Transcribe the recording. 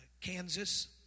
Kansas